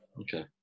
Okay